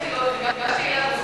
הוא היה פה.